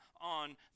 on